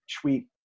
tweet